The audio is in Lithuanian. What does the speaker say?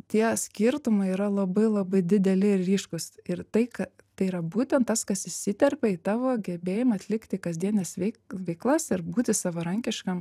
tie skirtumai yra labai labai dideli ir ryškūs ir tai kad tai yra būtent tas kas įsiterpia į tavo gebėjimą atlikti kasdienes veik veiklas ir būti savarankiškam